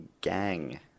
Gang